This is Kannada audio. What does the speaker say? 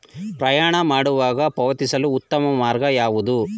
ಪ್ರಯಾಣ ಮಾಡುವಾಗ ಪಾವತಿಸಲು ಉತ್ತಮ ಮಾರ್ಗ ಯಾವುದು?